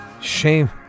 Shame